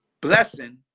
blessing